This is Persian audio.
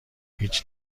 هیچ